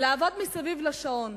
לעבוד מסביב לשעון,